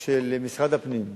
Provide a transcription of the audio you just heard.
של משרד הפנים,